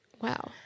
Wow